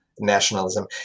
Nationalism